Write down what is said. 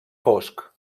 fosc